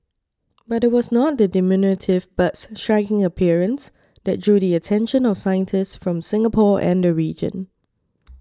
but it was not the diminutive bird's striking appearance that drew the attention of scientists from Singapore and the region